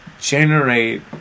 generate